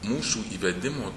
mūsų įvedimo